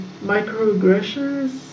microaggressions